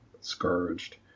scourged